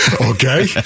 Okay